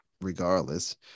regardless